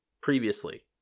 previously